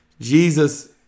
Jesus